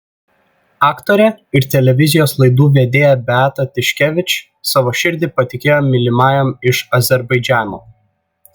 aktorė ir televizijos laidų vedėja beata tiškevič savo širdį patikėjo mylimajam iš azerbaidžano